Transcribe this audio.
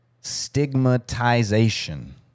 stigmatization